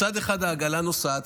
מצד אחד העגלה נוסעת,